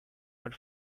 but